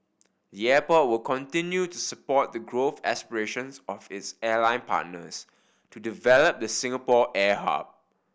the airport will continue to support the growth aspirations of its airline partners to develop the Singapore air hub